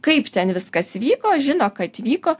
kaip ten viskas vyko žino kad vyko